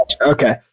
Okay